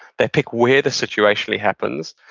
they pick where the situation happens,